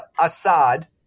Assad